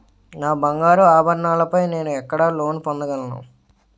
నా బంగారు ఆభరణాలపై నేను ఎక్కడ లోన్ పొందగలను?